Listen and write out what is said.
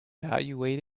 evaluate